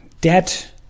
debt